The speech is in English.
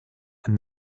and